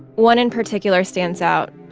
one in particular stands out.